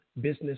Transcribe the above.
Business